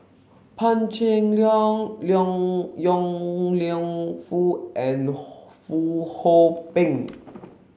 Pan Cheng Lui Yong Lew Foong Fong Hoe Beng